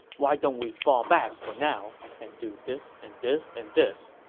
why don't we fall back for now and do this and this and this,